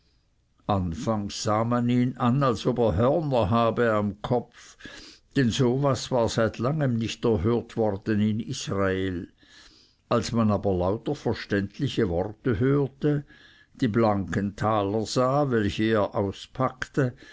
man ihn an als ob er hörner habe am kopf denn so was war seit langem nicht erhört worden in israel als man aber lauter verständliche worte hörte die blanken taler sah welche er auspackte